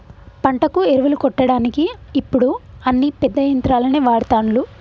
పంటకు ఎరువులు కొట్టడానికి ఇప్పుడు అన్ని పెద్ద యంత్రాలనే వాడ్తాన్లు